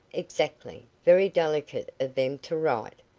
exactly very delicate of them to write.